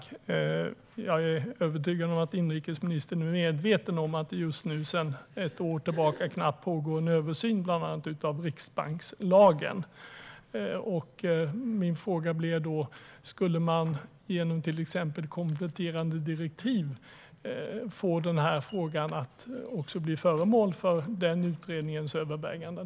Herr talman! Jag är övertygad om att inrikesministern är medveten om att det just nu och sedan knappt ett år tillbaka pågår en översyn av bland annat riksbankslagen. Min fråga är: Skulle man till exempel genom kompletterande direktiv kunna få den här frågan att bli föremål för den utredningens överväganden?